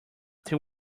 they